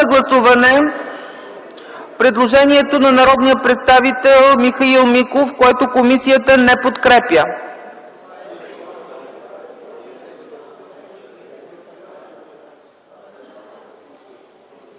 гласуване предложението на народния представител Михаил Миков, което комисията не подкрепя.